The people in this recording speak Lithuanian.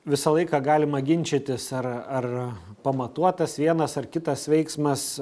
visą laiką galima ginčytis ar ar pamatuotas vienas ar kitas veiksmas